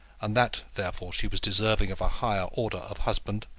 and that, therefore, she was deserving of a higher order of husband,